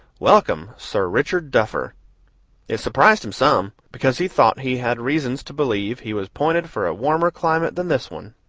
welcome, sir richard duffer it surprised him some, because he thought he had reasons to believe he was pointed for a warmer climate than this one.